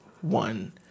one